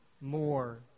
more